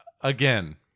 Again